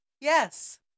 Yes